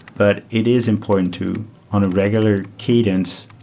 but it is important to on a regular cadence,